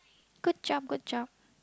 good job good job